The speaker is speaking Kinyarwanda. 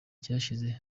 gishize